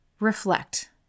Reflect